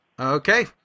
Okay